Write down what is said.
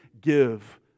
give